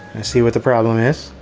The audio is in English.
see what the problem is.